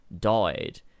died